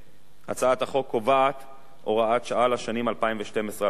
הצעת החוק קובעת הוראת שעה לשנים 2012 ו-2013,